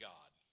God